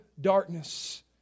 darkness